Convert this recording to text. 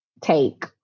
take